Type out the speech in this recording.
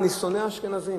אני שונא אשכנזים.